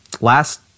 last